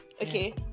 Okay